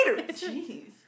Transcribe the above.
Jeez